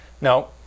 no